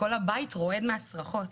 כל הבית רועד מהצרחות.